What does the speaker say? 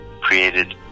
created